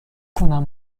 کنم